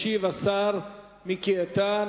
ישיב השר מיקי איתן.